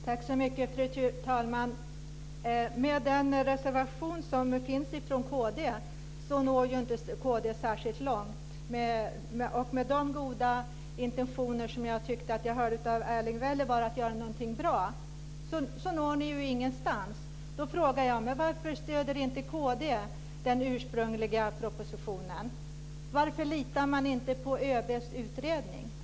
Fru talman! Med den reservation som finns från kd når kd inte särskilt långt. Med de goda intentioner som jag tyckte att jag hörde att Erling Wälivaara hade när det gäller att göra någonting bra når ni ingenstans. Då frågar jag mig varför inte kd stöder den ursprungliga propositionen. Varför litar man inte på ÖB:s utredning?